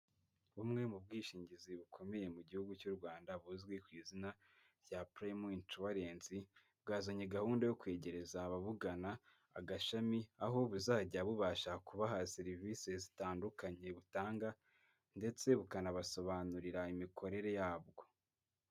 Bumwe mu bwishingizi bukomeye mu gihugu cy'u Rwanda buzwi ku izina rya Prime Insurance, bwazanye gahunda yo kwegereza ababugana agashami aho buzajya bubasha kubaha serivise zitandukanye butanga ndetse bukanabasobanurira imikorere yabwo.